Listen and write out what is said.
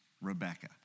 Rebecca